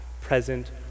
present